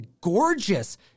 gorgeous